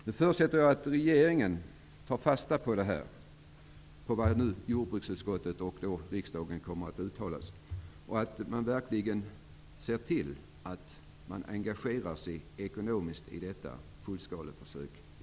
Jag förutsätter att regeringen tar fasta på vad jordbruksutskottet skriver och vad riksdagen kommer att uttala och att man verkligen ser till att engagera sig ekonomiskt i detta fullskaleförsök i